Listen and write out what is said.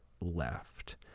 left